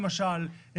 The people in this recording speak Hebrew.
למשל,